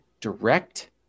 direct